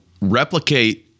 replicate